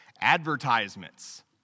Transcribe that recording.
advertisements